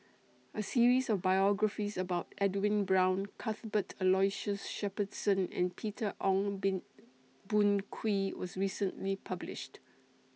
A series of biographies about Edwin Brown Cuthbert Aloysius Shepherdson and Peter Ong been Boon Kwee was recently published